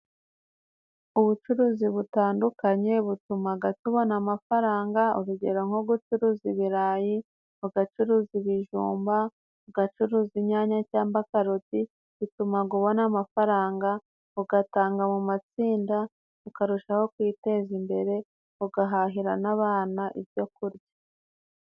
Ubucuruzi butandukanye butumaga tubona amafaranga, urugero nko gucuruza ibirayi, ugacuruza ibijumba, ugacuruza inyanya cyangwa karoti bitumaga ubona amafaranga, ugatanga mu matsinda ukarushaho kwiteza imbere, ugahahira n'abana ibyo kurya.